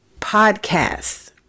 podcasts